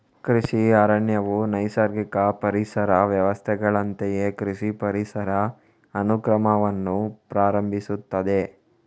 ಕೃಷಿ ಅರಣ್ಯವು ನೈಸರ್ಗಿಕ ಪರಿಸರ ವ್ಯವಸ್ಥೆಗಳಂತೆಯೇ ಕೃಷಿ ಪರಿಸರ ಅನುಕ್ರಮವನ್ನು ಪ್ರಾರಂಭಿಸುತ್ತದೆ